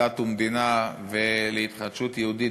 דת ומדינה" והשדולה להתחדשות יהודית,